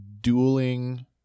dueling